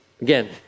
Again